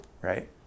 right